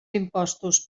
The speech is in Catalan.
impostos